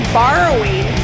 borrowing